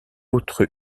autre